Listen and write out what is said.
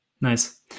Nice